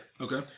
Okay